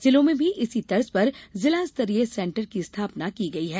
जिलों में भी इसी तर्ज पर जिला स्तरीय सेंटर की स्थापना की गयी है